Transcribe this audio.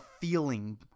feeling